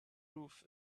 roof